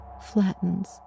flattens